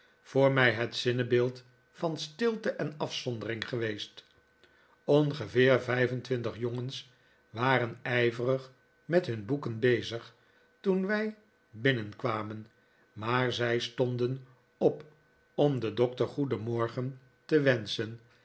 voor mij het zinnebeeld van stilte en afzondering geweest ongeveer vijf en twintig jongens waren ijverig met hun boeken bezig toen wij binnenkwamen maar zij stonden op om de nieuwe school den doctor goedenmorgen te wenschen